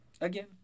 again